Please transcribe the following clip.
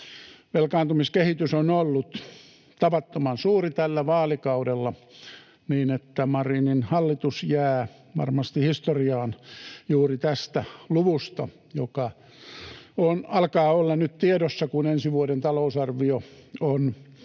Velkaantumiskehitys on ollut tavattoman suuri tällä vaalikaudella, niin että Marinin hallitus jää varmasti historiaan juuri tästä luvusta, joka alkaa olla nyt tiedossa, kun ensi vuoden talousarvio on täällä